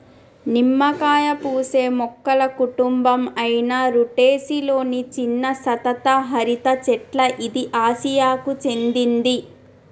నిమ్మకాయ పూసే మొక్కల కుటుంబం అయిన రుటెసి లొని చిన్న సతత హరిత చెట్ల ఇది ఆసియాకు చెందింది